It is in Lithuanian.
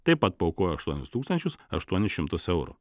taip pat paaukojo aštuonis tūkstančius aštuonis šimtus eurų